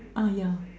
ah yeah